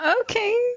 okay